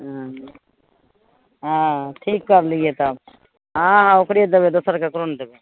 हूँ हँ ठीक करलियै तब हँ हँ ओकरे देबै दोसर केकरो नहि देबै